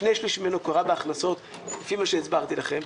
שני שלישים ממנו קרה בהכנסות, לפי מה שהסברתי לכם.